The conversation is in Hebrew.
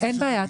אין בעיה,